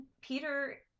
Peter